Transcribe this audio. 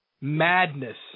Madness